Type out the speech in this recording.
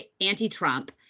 anti-Trump